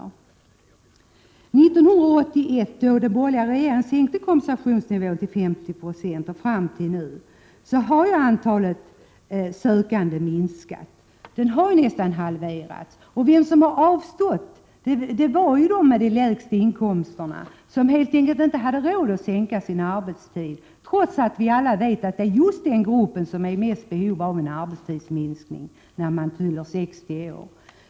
Från 1981, då den borgerliga regeringen sänkte kompensationsnivån till 50 96, fram till i dag har antalet ansökningar om delpension minskat, nästan halverats. Och vilka har avstått? Jo, de med de lägsta inkomsterna, som helt enkelt inte hade råd att sänka sin arbetstid trots att vi alla vet att det är just den gruppen som är i mest behov av en arbetstidsminskning vid 60 år.